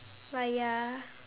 but ya